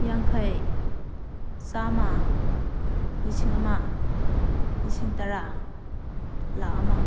ꯌꯥꯡꯈꯩ ꯆꯥꯃꯥ ꯂꯤꯁꯤꯡ ꯑꯃꯥ ꯂꯤꯁꯤꯡ ꯇꯔꯥ ꯂꯥꯈ ꯑꯃ